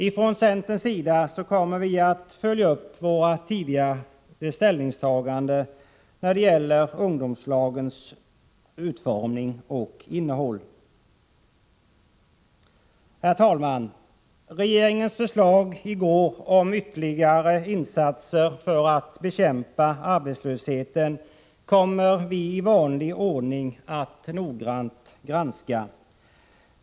Vi från centern kommer att följa upp våra tidigare ställningstaganden när det gäller ungdomslagens utformning och innehåll. Herr talman! Regeringens förslag i går om ytterligare insatser för att bekämpa arbetslösheten kommer vi i vanlig ordning att noggrant granska.